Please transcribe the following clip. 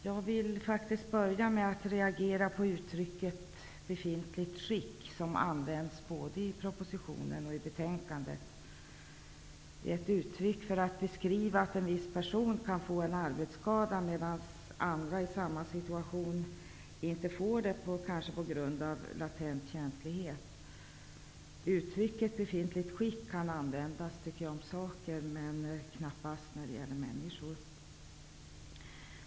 Fru talman! Jag vill börja med att reagera på uttrycket ''befintligt skick'', som används både i propositionen och i betänkandet. Uttrycket används för att beskriva att en viss person kan få en arbetsskada, kanske på grund av en latent känslighet, medan andra i samma arbetssituation inte får det. Jag tycker att uttrycket befintligt skick kan användas om saker, men knappast när det gäller människor.